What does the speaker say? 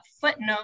footnote